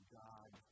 god